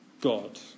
God